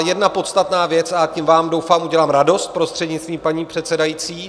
Jedna podstatná věc, a tím vám doufám udělám radost, prostřednictvím paní předsedající.